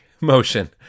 motion